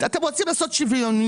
אתם רוצים לעשות שוויוניות?